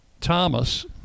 Thomas